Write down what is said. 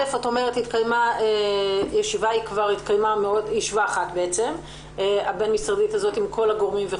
את אומרת שהתקיימה ישיבה אחת עם כל הגורמים.